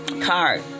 card